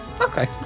Okay